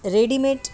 readymade